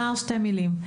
אז רק אומר שתי מילים.